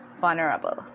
vulnerable